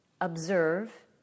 observe